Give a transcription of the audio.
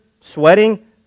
sweating